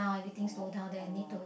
oh oh